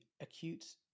acute